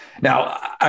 Now